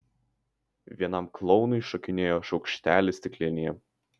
vienam klounui šokinėjo šaukštelis stiklinėje